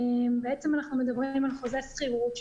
אנחנו מדברים על חוזה שכירות,